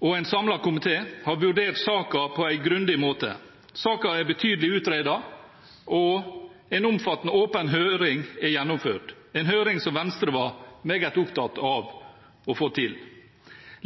og en samlet komité har vurdert saken på en grundig måte. Saken er betydelig utredet, og en omfattende åpen høring er gjennomført, en høring som Venstre var meget opptatt av å få til.